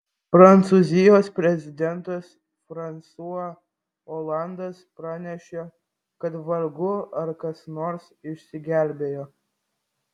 prancūzijos prezidentas fransua olandas pranešė kad vargu ar kas nors išsigelbėjo